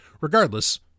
regardless